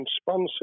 sponsor